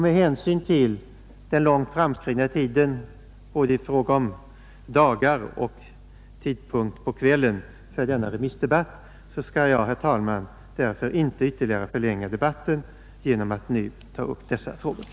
Med hänsyn till den långt framskridna tiden i fråga om både dagar och tidpunkt på kvällen för denna remissdebatt skall jag därför inte, herr talman, ytterligare förlänga debatten genom att nu ta upp dem.